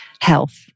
health